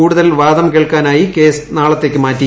കൂടുതൽ വാദം കേൾക്കാനായി കേസ് നാളത്തേക്ക് മാറ്റി